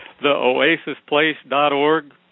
theoasisplace.org